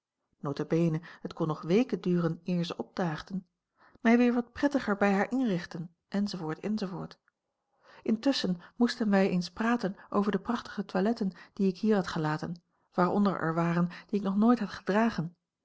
het kon nog weken duren eer ze opdaagden mij weer wat prettiger bij haar inrichten enz enz intusschen moesten wij eens praten over de prachtige toiletten die ik hier had gelaten waaronder er waren die ik nog nooit had gedragen